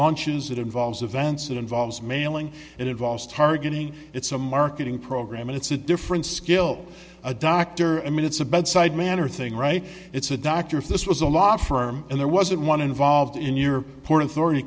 launches that involves events that involves mailing it involves targeting it's a marketing program it's a different skill a doctor i mean it's a bedside manner thing right it's a doctor if this was a law firm and there wasn't one involved in your port authority